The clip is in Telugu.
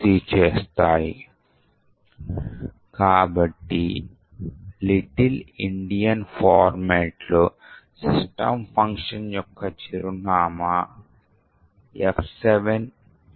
ఒక అసైన్మెంట్గా షెల్ నుండి సురక్షితంగా నిష్క్రమించడానికి మనము దోపిడీ చేసిన ఈ వలనరబిలీటీని సవరించడానికి మీరు ప్రయత్నించవచ్చు